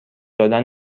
دادن